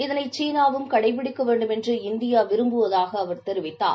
இதனை சீனாவும் கடைபிடிக்க வேண்டும் என்று இந்தியா விரும்புவதாக அவர் தெரிவித்தார்